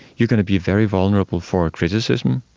you are going to be very vulnerable for criticism,